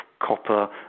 copper